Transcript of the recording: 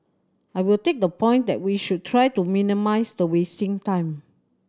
I will take the point that we should try to minimise the time